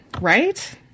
right